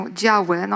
działy